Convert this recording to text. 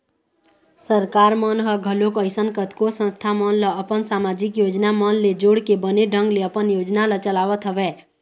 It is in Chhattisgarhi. सरकार मन ह घलोक अइसन कतको संस्था मन ल अपन समाजिक योजना मन ले जोड़के बने ढंग ले अपन योजना ल चलावत हवय